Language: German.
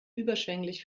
überschwänglich